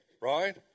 Right